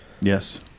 Yes